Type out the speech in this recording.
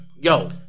yo